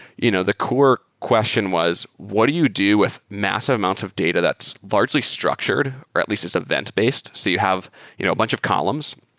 you know the core question was what do you do with massive amounts of data that's large like structured or at least is event-based so you have you know a bunch of columns,